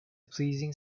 pleasing